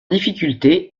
difficulté